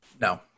No